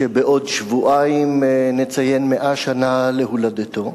שבעוד שבועיים נציין 100 שנה להולדתו,